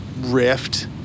rift